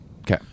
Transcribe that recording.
Okay